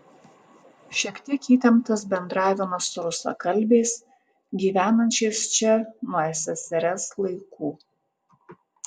šiek tiek įtemptas bendravimas su rusakalbiais gyvenančiais čia nuo ssrs laikų